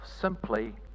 simply